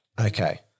Okay